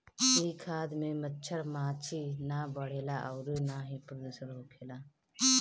इ खाद में मच्छर माछी ना बढ़ेला अउरी ना ही प्रदुषण होखेला